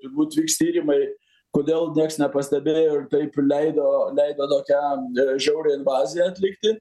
turbūt vykstyrimai kodėl nieks nepastebėjo ir taip leido leido tokią žiaurę invaziją atlikti